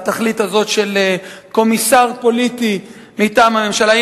לתכלית הזאת של קומיסר פוליטי מטעם הממשלה.